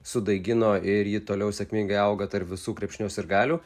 sudaigino ir ji toliau sėkmingai auga tarp visų krepšinio sirgalių